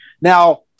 Now